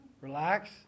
Relax